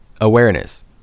Awareness